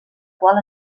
qual